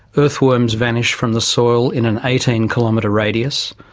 earthworms vanish from the soil in an eighteen kilometre radius,